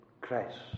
Christ